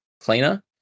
cleaner